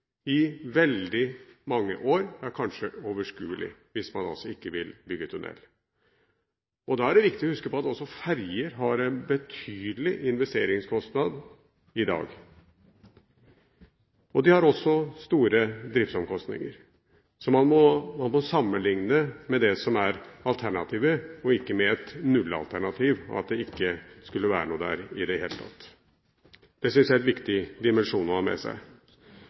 i veldig mange år, kanskje i uoverskuelig framtid, hvis man ikke vil bygge tunnel. Da er det viktig å huske på at også ferjer har en betydelig investeringskostnad i dag. De har også store driftsomkostninger. Så man må sammenligne med det som er alternativet, og ikke med et nullalternativ, det at det ikke skal være noe der i det hele tatt. Det syns jeg er en viktig dimensjon å ha med seg.